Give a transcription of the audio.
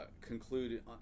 conclude